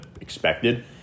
expected